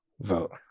vote